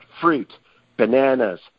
fruit—bananas